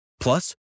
Plus